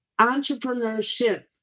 Entrepreneurship